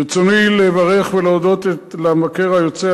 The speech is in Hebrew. ברצוני לברך ולהודות למבקר היוצא,